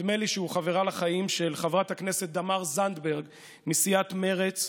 נדמה לי שהוא חברה לחיים של חברת הכנסת תמר זנדברג מסיעת מרצ,